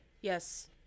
yes